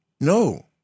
No